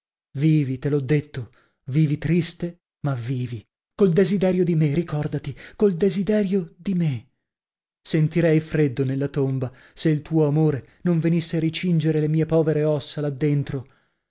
vivi le l'ho detto vivi triste ma vivi col desiderio di me ricordati col desiderio di me sentirei freddo nella tomba se il tuo amore non venisse a ricingere le mie povere ossa là dentro